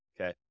okay